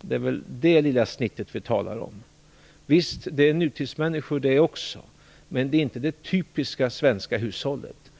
Det är det lilla snittet vi talar om. Visst, det är nutidsmänniskor det också, men det är inte det typiska svenska hushållet.